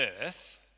earth